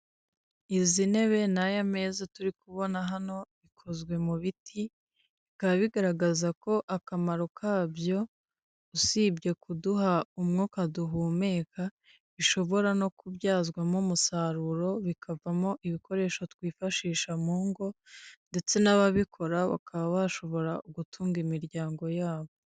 Izi ntebe n'aya meza turi kubona hano bikozwe mu biti, bikaba bigaragaza ko akamaro kabyo usibye kuduha umwuka duhumeka, bishobora no kubyazwamo umusaruro, bikavamo ibikoresho twifashisha mu ngo, ndetse n'ababikora bakaba bashobora gutunga imiryango yabo.